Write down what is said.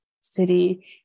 city